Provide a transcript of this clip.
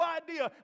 idea